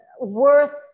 worth